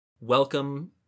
Welcome